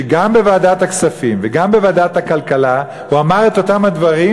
שגם בוועדת הכספים וגם בוועדת הכלכלה הוא אמר את אותם הדברים,